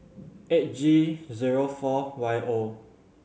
eight G zero four Y O